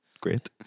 great